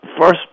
first